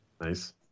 Nice